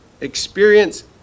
experience